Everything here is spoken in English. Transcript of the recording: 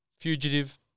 Fugitive